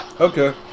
Okay